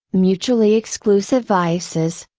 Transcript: mutually exclusive vices,